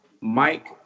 Mike